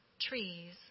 trees